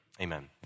Amen